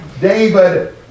David